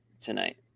tonight